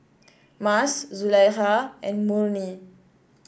Mas Zulaikha and Murni